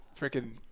freaking